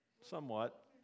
somewhat